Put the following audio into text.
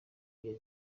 iyo